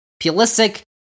Pulisic